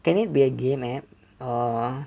can it be a game app uh